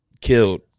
killed